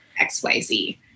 XYZ